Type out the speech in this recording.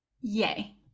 Yay